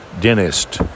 dentist